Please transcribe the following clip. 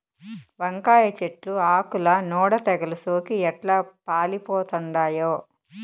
వంకాయ చెట్లు ఆకుల నూడ తెగలు సోకి ఎట్లా పాలిపోతండామో